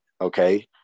okay